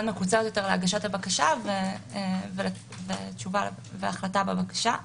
מקוצרת להגשת הבקשה ותשובה והחלטה בבקשה.